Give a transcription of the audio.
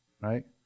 Right